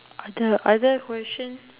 other other questions